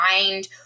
mind